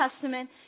Testament